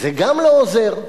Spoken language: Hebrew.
וזה גם לא עוזר.